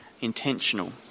intentional